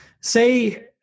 say